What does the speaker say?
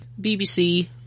BBC